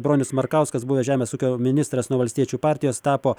bronius markauskas buvęs žemės ūkio ministras nuo valstiečių partijos tapo